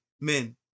men